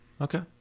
Okay